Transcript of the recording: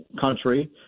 country